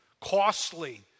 costly